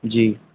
جی